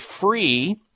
free